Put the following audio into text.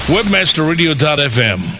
Webmasterradio.fm